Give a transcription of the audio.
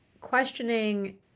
questioning